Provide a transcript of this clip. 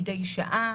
מידי שעה.